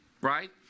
right